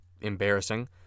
embarrassing